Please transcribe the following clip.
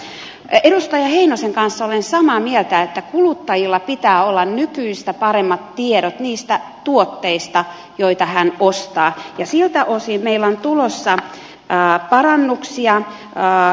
edustaja heinosen kanssa olen samaa mieltä että kuluttajilla pitää olla nykyistä paremmat tiedot niistä tuotteista joita hän ostaa ja siltä osin meillä on tulossa parannuksia eu asetuksessa